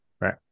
Right